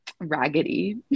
raggedy